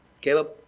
Caleb